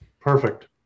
Perfect